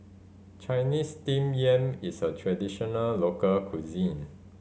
Chinese Steamed Yam is a traditional local cuisine